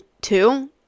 two